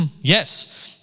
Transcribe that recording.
Yes